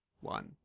one